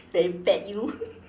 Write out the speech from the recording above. damn bad you